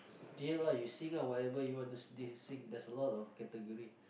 deal lah you sing ah whatever you want to s~ sing there's a lot of category